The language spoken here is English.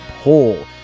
poll